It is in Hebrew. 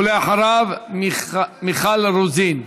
ואחריו, מיכל רוזין.